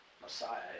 Messiah